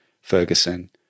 Ferguson